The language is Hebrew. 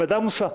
זאת ועדה עמוסה.